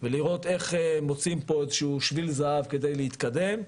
ולראות איך מוציאים פה איזשהו שביל זהב כדי להתקדם,